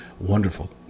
wonderful